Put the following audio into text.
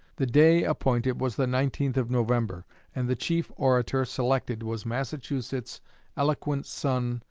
the day appointed was the nineteenth of november and the chief orator selected was massachusetts' eloquent son,